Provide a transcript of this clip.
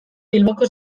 bilboko